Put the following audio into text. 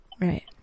Right